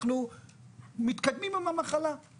אנחנו מתקדמים עם המחלה,